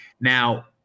Now